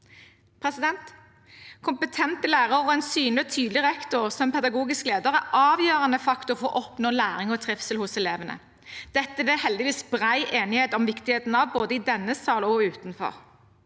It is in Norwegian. Kompetente lærere og en synlig og tydelig rektor som pedagogisk leder er en avgjørende faktor for å oppnå læring og trivsel hos elevene. Dette er det heldigvis bred enighet om viktigheten av, både i denne sal og utenfor.